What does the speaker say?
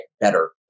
better